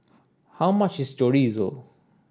how much is Chorizo